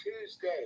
Tuesday